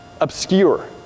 obscure